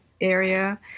area